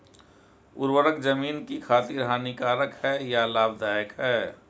उर्वरक ज़मीन की खातिर हानिकारक है या लाभदायक है?